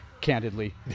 candidly